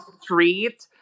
street